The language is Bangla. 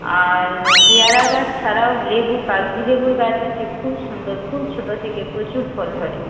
আর পেয়ারা গাছ ছাড়াও লেবু কাগজি লেবুর গাছ আছে খুব সুন্দর খুব ছোটো থেকে প্রচুর ফল ধরে